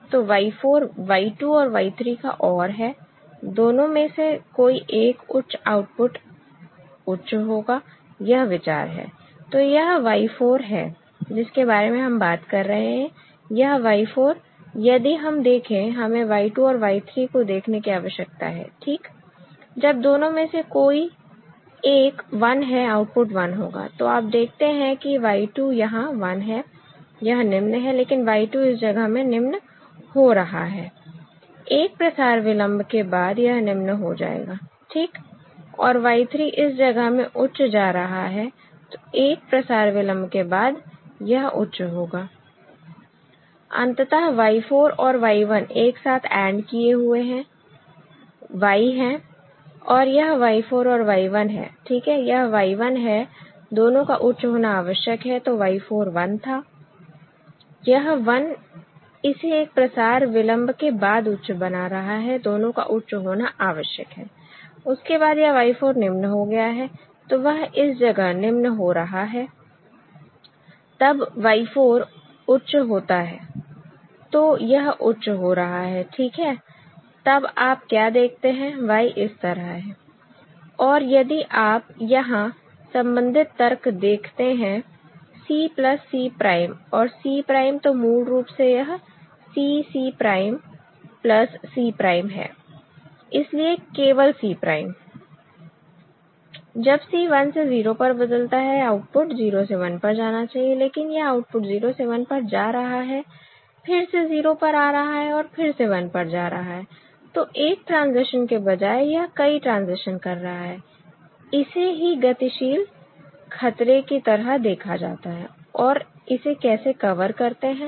तो Y 4 Y 2 और Y 3 का OR है दोनों में से कोई एक उच्च आउटपुट उच्च होगा यह विचार है तो यह Y 4 है जिसके बारे में हम बात कर रहे हैं यह Y 4 यदि हम देखें हमें Y 2 और Y 3 को देखने की आवश्यकता है ठीक जब दोनों में से कोई एक 1 है आउटपुट 1 होगा तो आप देखते हैं कि Y 2 यहां 1 है यह निम्न है लेकिन Y 2 इस जगह में निम्न हो रहा है एक प्रसार विलंब के बाद यह निम्न हो जाएगा ठीक और Y 3 इस जगह में उच्च जा रहा है तो एक प्रसार विलंब के बाद यह उच्च होगा अंततः Y 4 और Y 1 एक साथ AND किए हुए Y है तो यह Y 4 और Y 1 है ठीक है यह Y 1 है दोनों का उच्च होना आवश्यक है तो Y 4 1 था यह 1 इसे एक प्रसार विलंब के बाद उच्च बना रहा है दोनों का उच्च होना आवश्यक है उसके बाद यह Y 4 निम्न हो गया है तो वह इस जगह निम्न हो रहा है तब Y 4 उच्च होता है तो यह उच्च हो रहा है ठीक है तब आप क्या देखते हैं Y इस तरह है और यदि आप यहां संबंधित तर्क देखते हैं C प्लस C prime और C prime तो मूल रूप से यह CC prime plus C prime है इसलिए केवल C prime जब C 1 से 0 पर बदलता है आउटपुट 0 से 1 पर जाना चाहिए लेकिन यह आउटपुट 0 से 1 पर जा रहा है फिर से 0 पर आ रहा है और फिर से 1 पर जा रहा है तो एक ट्रांजिशन के बजाय यह कई ट्रांजिशन कर रहा है इसे ही गतिशील खतरे की तरह देखा जाता है और इसे कैसे कवर करते हैं